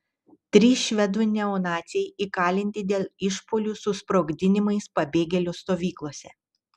trys švedų neonaciai įkalinti dėl išpuolių su sprogdinimais pabėgėlių stovyklose